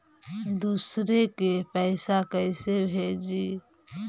दुसरे के पैसा कैसे भेजी?